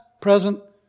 present